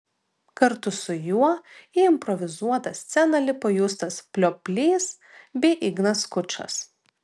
kartu su juo į improvizuotą sceną lipo justas plioplys bei ignas skučas